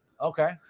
Okay